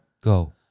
go